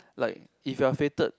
like if you are fated